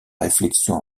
réflexion